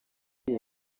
iyi